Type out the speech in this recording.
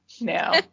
No